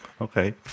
okay